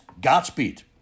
Godspeed